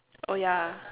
oh ya